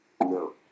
No